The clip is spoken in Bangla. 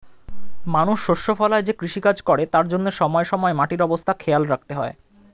মানুষ শস্য ফলায় যে কৃষিকাজ করে তার জন্যে সময়ে সময়ে মাটির অবস্থা খেয়াল রাখতে হয়